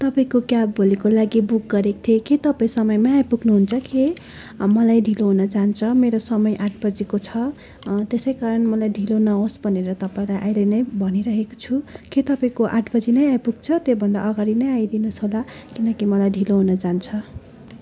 तपाईँको क्याब भोलिको लागि बुक गरेको थिएँ कि तपाईँ समयमै आइपुग्नुहुन्छ कि मलाई ढिलो हुनजान्छ मेरो समय आठ बजेको छ त्यसै कारण मलाई ढिलो नहोस् भनेर तपाईँलाई अहिले नै भनिरहेको छु के तपाईँको आठ बजे नै आइपुग्छ त्योभन्दा अगाडि नै आइदिनुस् होला किनकि मलाई ढिलो हुनजान्छ